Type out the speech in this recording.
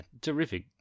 terrific